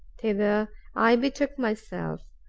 thither i betook myself.